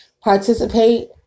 participate